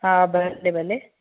हा भले भले